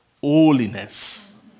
holiness